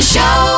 Show